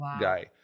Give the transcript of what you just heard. guy